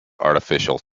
artificial